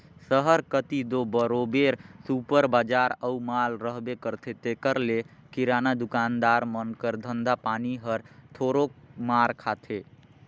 सहर कती दो बरोबेर सुपर बजार अउ माल रहबे करथे तेकर ले किराना दुकानदार मन कर धंधा पानी हर थोरोक मार खाथे